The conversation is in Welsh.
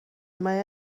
mae